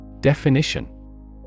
Definition